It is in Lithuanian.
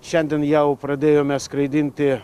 šiandien jau pradėjome skraidinti